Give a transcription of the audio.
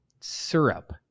syrup